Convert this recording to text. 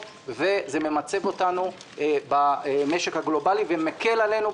וזה ממצֵב אותנו במשק הגלובלי ומקל עלינו.